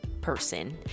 person